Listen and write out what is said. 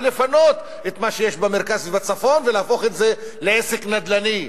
ולפנות את מה שיש במרכז ובצפון ולהפוך את זה לעסק נדל"ני.